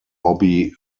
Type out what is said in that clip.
bobby